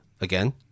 again